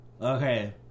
Okay